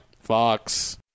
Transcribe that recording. Fox